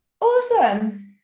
awesome